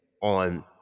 on